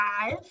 Five